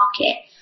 market